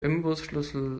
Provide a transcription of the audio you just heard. imbusschlüssel